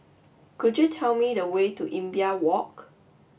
could you tell me the way to Imbiah Walk